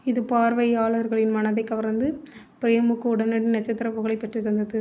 இது பார்வையாளர்களின் மனதைக் கவர்ந்து பிரேமுக்கு உடனடி நட்சத்திரப் புகழைப் பெற்றுத் தந்தது